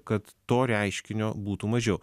kad to reiškinio būtų mažiau